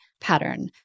pattern